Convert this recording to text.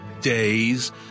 days